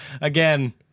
again